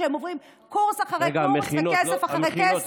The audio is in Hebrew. כשהם עוברים קורס אחרי קורס וכסף אחרי כסף.